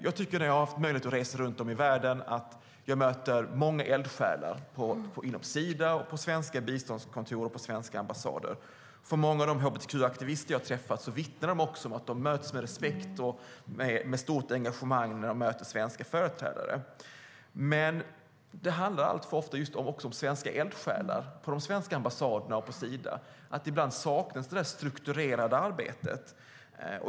När jag har haft möjlighet att resa runt i världen möter jag många eldsjälar inom Sida, på svenska biståndskontor och på svenska ambassader. Många av de hbtq-aktivister jag träffar vittnar också om att de möts med respekt och stort engagemang när de möter svenska företrädare. Men det handlar alltför ofta också om svenska eldsjälar på de svenska ambassaderna och på Sida. Ibland saknas det strukturerade arbetet.